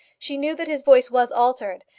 she knew that his voice was altered,